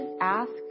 ask